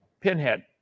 Pinhead